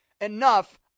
enough